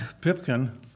Pipkin